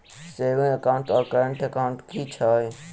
Saving account आओर current account की छैक?